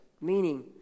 meaning